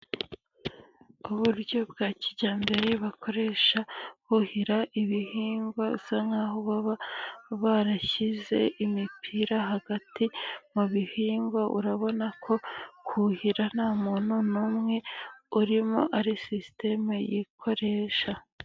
Ku buryo bwa kijyambere bakoresha buhira ibihingwa bisa nk'aho baba barashyize imipira hagati mu bihingwa, urabona ko kuhira nta muntu n'mwe urimo ari sisiteme yikoresha.